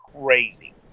crazy